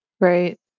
Right